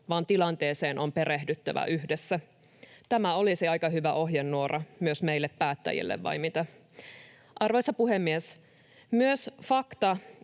vaan tilanteeseen on perehdyttävä yhdessä.” Tämä olisi aika hyvä ohjenuora myös meille päättäjille, vai mitä? Arvoisa puhemies! Myös se fakta